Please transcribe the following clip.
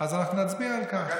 אז אנחנו נצביע על כך.